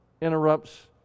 interrupts